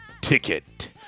Ticket